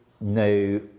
no